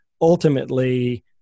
ultimately